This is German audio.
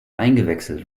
eingewechselt